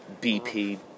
BP